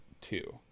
two